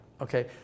Okay